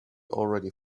already